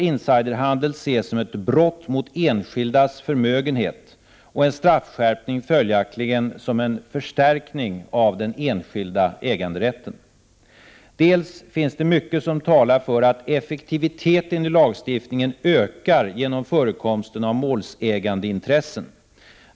Insiderhandel bör ses som ett brott mot enskildas förmögenhet, och en straffskärpning bör följaktligen ses som en förstärkning av den enskilda äganderätten. 2. Det finns mycket som talar för att effektiviteten i lagstiftningen ökar genom förekomsten av målsägandeintressen.